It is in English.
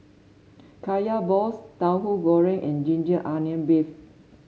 Kaya Balls Tauhu Goreng and ginger onion beef